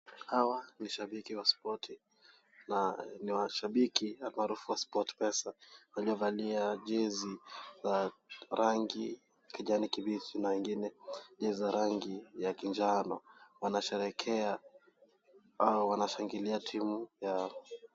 Hawa ni shabiki wa spoti. Na ni washabiki na maarufu wa sport pesa waliocalia jezi za rangi kijani kibichi na ingine ni za rangi ya kinjano wanasherehekea au wanashangilia timu yao.